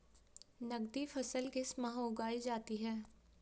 नकदी फसल किस माह उगाई जाती है?